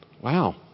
wow